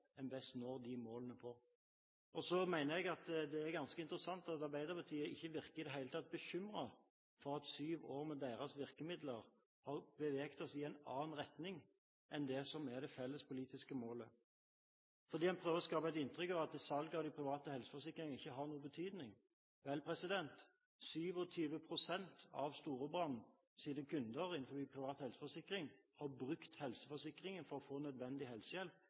en best når de målene. Så mener jeg at det er ganske interessant at Arbeiderpartiet ikke i det hele tatt virker bekymret for at syv år med deres virkemidler har beveget oss i en annen retning enn det som er det felles politiske målet, for de prøver å skape et inntrykk av at salget av private helseforsikringer ikke har noen betydning. Vel, 27 pst. av Storebrands kunder innen privat helseforsikring har siden 2011 brukt helseforsikringen for å få nødvendig helsehjelp